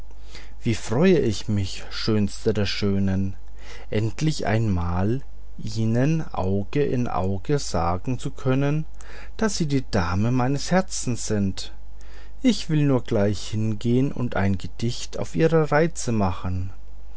wie freue ich mich schönste der schönen endlich einmal ihnen auge in auge sagen zu können daß sie die dame meines herzens sind ich will nur gleich hingehen und ein gedicht auf ihre reize machen